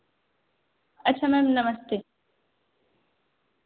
अच्छा मैम नमस्ते